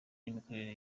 n’imikorere